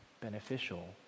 beneficial